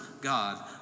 God